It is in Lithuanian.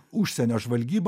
užsienio žvalgyba